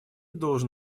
должен